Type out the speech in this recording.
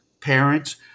parents